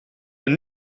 een